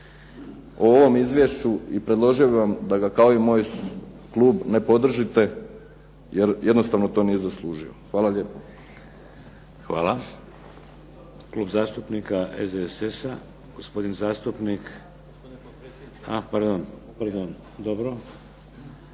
o ovom izvješću i predložio bih vam da ga kao i moj klub ne podržite, jer jednostavno to nije zaslužio. Hvala lijepo.